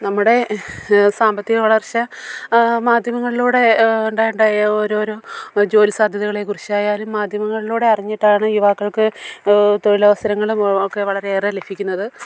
നമ്മുടെ സാമ്പത്തിക വളർച്ച മാധ്യമങ്ങളിലൂടെ ഉണ്ടായ ഉണ്ടായ ഓരോരോ ജോലി സാധ്യതകളെ കുറിച്ചായാലും മാധ്യമങ്ങളിലൂടെ അറിഞ്ഞിട്ടാണ് യുവാക്കൾക്ക് തൊഴിലവസരങ്ങളും ഒക്കെ വളരെയേറെ ലഭിക്കുന്നത്